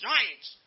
Giants